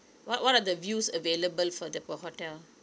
what what are the views available for the p~ hotel